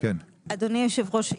אדוני היושב ראש,